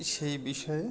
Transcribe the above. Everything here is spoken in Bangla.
সেই বিষয়ে